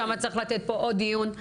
שם צריך לתת פה עוד דיון.